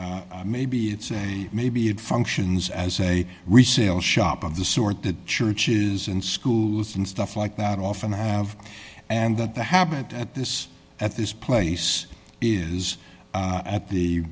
sight maybe it's a maybe it functions as a resale shop of the sort that churches and schools and stuff like that often have and that the habit at this at this place is at the